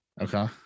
okay